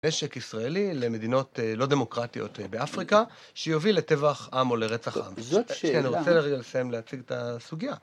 נשק ישראלי למדינות לא דמוקרטיות באפריקה שיוביל לטבח עם או לרצח עם. זאת שאלה. אני רוצה לרגע לסיים להציג את הסוגיה.